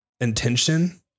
intention